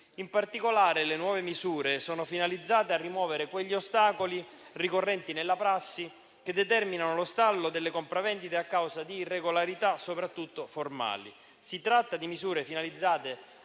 In particolare, le nuove misure sono finalizzate a rimuovere quegli ostacoli ricorrenti nella prassi che determinano lo stallo delle compravendite, a causa di irregolarità soprattutto formali. Si tratta di misure finalizzate,